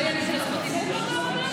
לא תהיה לי זכות דיבור פעם